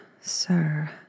sir